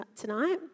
tonight